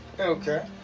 Okay